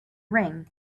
ring